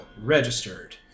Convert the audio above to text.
registered